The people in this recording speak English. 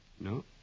No